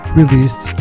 released